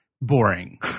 boring